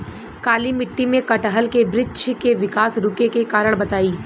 काली मिट्टी में कटहल के बृच्छ के विकास रुके के कारण बताई?